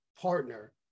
partner